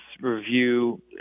review